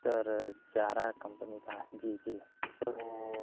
sir Zara company का जी जी तो